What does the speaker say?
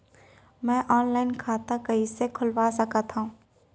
मैं ऑनलाइन खाता कइसे खुलवा सकत हव?